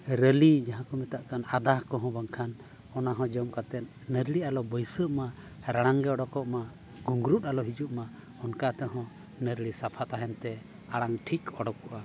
rally ᱡᱟᱦᱟᱸ ᱠᱚ ᱢᱮᱛᱟᱜ ᱠᱟᱱ ᱟᱫᱟ ᱠᱚᱦᱚᱸ ᱵᱟᱝᱠᱷᱟᱱ ᱚᱱᱟ ᱦᱚᱸ ᱡᱚᱢ ᱠᱟᱛᱮᱫ ᱱᱟᱹᱰᱨᱤ ᱟᱞᱚ ᱵᱟᱹᱭᱥᱟᱹᱜ ᱢᱟ ᱨᱟᱲᱟᱝ ᱜᱮ ᱩᱰᱩᱠᱚᱜ ᱢᱟ ᱜᱩᱝᱨᱩᱫ ᱟᱞᱚ ᱦᱤᱡᱩᱜ ᱢᱟ ᱚᱱᱠᱟ ᱛᱮᱦᱚᱸ ᱱᱟᱹᱰᱨᱤ ᱥᱟᱯᱷᱟ ᱛᱟᱦᱮᱱ ᱛᱮ ᱟᱲᱟᱝ ᱴᱷᱤᱠ ᱩᱰᱩᱠᱚᱜᱼᱟ